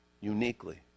uniquely